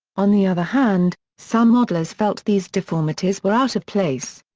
on the other hand, some modellers felt these deformities were out of place.